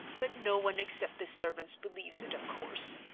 but no one except the servants believes it, of course.